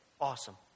awesome